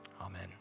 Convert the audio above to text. Amen